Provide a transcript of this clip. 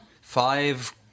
five